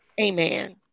Amen